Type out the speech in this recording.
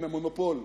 אלא מונופול,